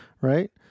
right